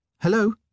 Hello